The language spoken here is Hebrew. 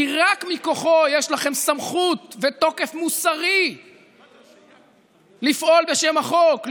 כי רק מכוחו יש לכם סמכות ותוקף מוסרי לפעול בשם החוק,